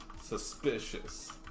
suspicious